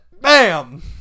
Bam